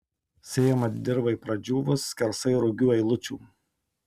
sėjama dirvai pradžiūvus skersai rugių eilučių